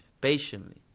patiently